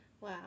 Wow